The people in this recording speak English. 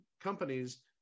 companies